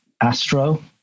Astro